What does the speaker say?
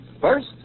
First